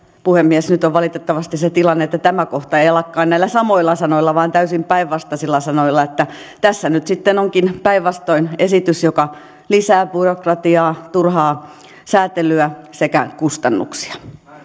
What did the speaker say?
puhemies nyt on valitettavasti se tilanne että tämä kohta ei ei lakkaa näillä samoilla sanoilla vaan täysin päinvastaisilla sanoilla tässä nyt sitten onkin päinvastoin esitys joka lisää byrokratiaa turhaa säätelyä sekä kustannuksia